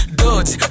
dodge